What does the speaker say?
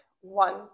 one